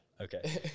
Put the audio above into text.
Okay